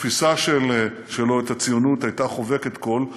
התפיסה שלו את הציונות הייתה חובקת כול.